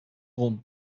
rond